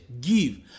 give